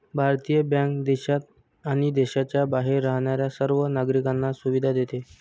भारतीय बँक देशात आणि देशाच्या बाहेर राहणाऱ्या सर्व नागरिकांना सुविधा देते